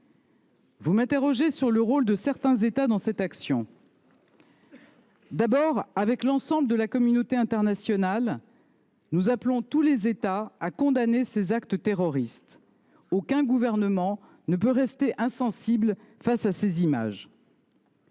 Vous m’interrogez sur le rôle de certains États dans cette action. Tout d’abord, avec l’ensemble de la communauté internationale, nous appelons tous les États à condamner ces actes terroristes. Aucun gouvernement ne peut rester insensible face à de telles